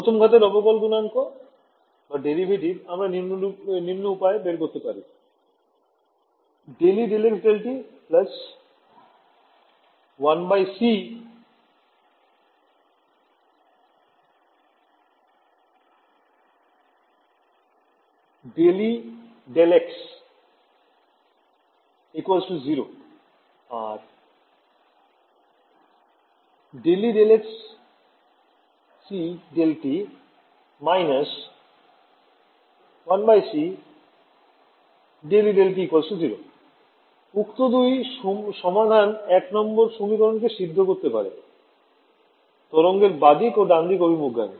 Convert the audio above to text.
প্রথম ঘাতের অবকল গুণাঙ্ক আমরা নিম্ন উপায়ে বের করতে পারি ∂E 1 ∂E 0 ∂E − 1 ∂E 0 ∂xc ∂t ∂xc ∂t উক্ত দুই সমাধান ১ নম্বর সমীকরণ কে সিদ্ধ করতে পারে তরঙ্গের বাঁদিক ও ডানদিক অভিমুখ গামী